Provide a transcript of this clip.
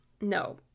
no